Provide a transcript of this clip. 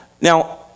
Now